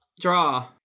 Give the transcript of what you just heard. draw